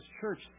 church